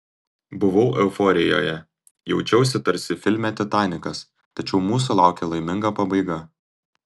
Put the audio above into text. buvau euforijoje jaučiausi tarsi filme titanikas tačiau mūsų laukė laiminga pabaiga